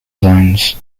zones